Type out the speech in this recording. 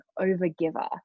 over-giver